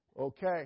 Okay